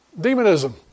Demonism